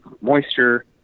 moisture